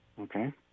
Okay